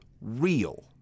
real